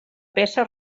peça